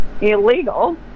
illegal